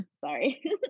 Sorry